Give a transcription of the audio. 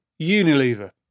Unilever